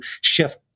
shift